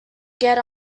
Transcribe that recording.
get